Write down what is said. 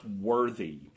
worthy